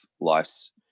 life's